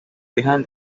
behind